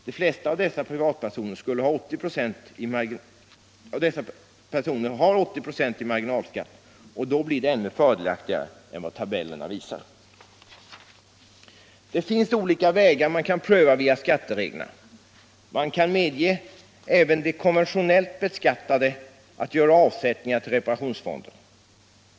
De flesta av dessa privatpersoner har 80 9 i marginalskatt, och då blir det ännu fördelaktigare än vad tabellen visar. Det finns olika vägar man kan pröva via skattereglerna. Man kan medge även de konventionellt beskattade att göra avsättningar till reparationsfonder.